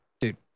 Dude